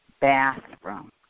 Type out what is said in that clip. bathroom